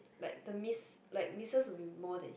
like the miss like missed will be more than hit